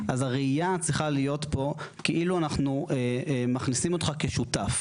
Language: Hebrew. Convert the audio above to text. אז הראייה צריכה להיות פה כאילו אנחנו מכניסים אותך כשותף.